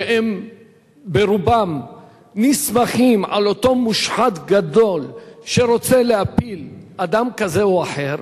שהם ברובם נסמכים על אותו מושחת גדול שרוצה להפיל אדם כזה או אחר,